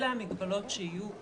אלה המגבלות שיהיו.